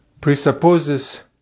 presupposes